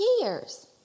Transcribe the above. years